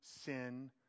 sin